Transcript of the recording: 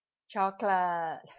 chocolate